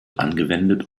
angewendet